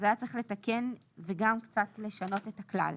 היה צריך לתקן וגם קצת לשנות את הכלל.